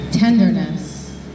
Tenderness